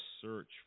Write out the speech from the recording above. search